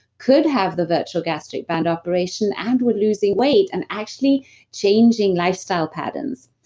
could have the virtual gastric band operation and were losing weight and actually changing lifestyle patterns,